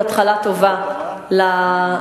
יכולים לצאת, פשוט לא לוקחים את זה.